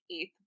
eighth